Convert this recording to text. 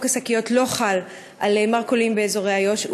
חוק השקיות לא חל על מרכולים באזורי יו"ש,